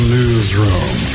Newsroom